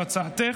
זאת הצעתך,